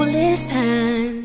listen